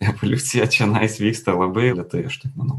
evoliucija čianais vyksta labai lėtai aš taip manau